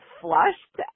flushed